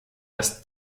dass